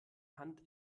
hand